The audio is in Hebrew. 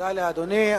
תודה לאדוני.